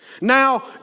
Now